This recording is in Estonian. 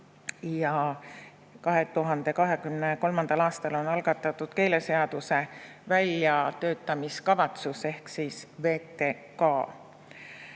2023. aastal algatati keeleseaduse väljatöötamiskavatsus ehk VTK.